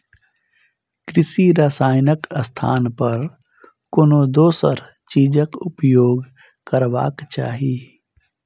कृषि रसायनक स्थान पर कोनो दोसर चीजक उपयोग करबाक चाही